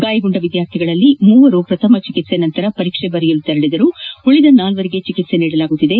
ಗಾಯಗೊಂಡ ವಿದ್ಯಾರ್ಥಿಗಳಲ್ಲಿ ಮೂವರು ಪ್ರಥಮ ಚಿಕಿತ್ಸೆ ನಂತರ ಪರೀಕ್ಷೆ ಬರೆಯಲು ತೆರಳಿದ್ದು ಉಳಿದ ನಾಲ್ಕರಿಗೆ ಚಿಕಿತ್ಸೆ ನೀಡಲಾಗುತ್ತಿದೆ